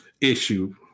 issue